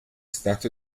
stato